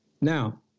Now